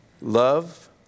Love